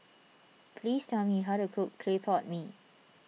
please tell me how to cook Clay Pot Mee